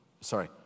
sorry